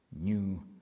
new